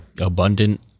Abundant